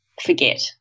forget